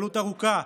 גלות ארוכה,